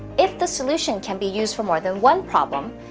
if the solutions can be used for more than one problem,